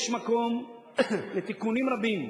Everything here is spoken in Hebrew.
יש מקום לתיקונים רבים,